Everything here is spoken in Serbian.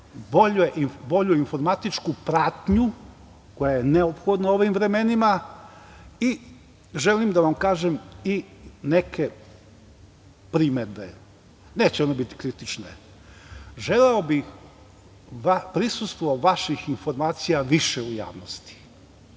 bolju informatičku pratnju, koja je neophodna u ovim vremenima. Želim da vam kažem i neke primedbe, ali neće oni biti kritične. Želeo bih prisustvo vaših informacija više u javnosti,